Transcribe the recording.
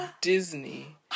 Disney